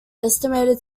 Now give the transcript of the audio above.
estimated